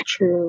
True